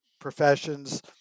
professions